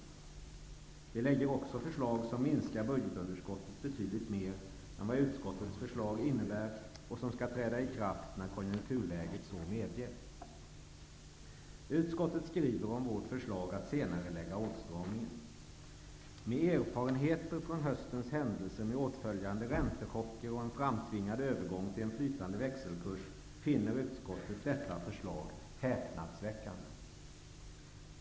Vi lägger också fram förslag som minskar budgetunderskottet betydligt mer än vad utskottets förslag innebär och som skall träda i kraft när konjunkturläget så medger. Utskottet skriver om vårt förslag att senarelägga åtstramningen: ''Med erfarenheter från höstens händelser med åtföljande räntechocker och en framtvingad övergång till en flytande växelkurs finner utskottet detta förslag i motion Fi37 häpnadsväckande.''